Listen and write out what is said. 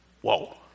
Whoa